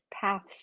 paths